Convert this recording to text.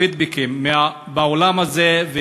מהפידבקים בעולם הזה,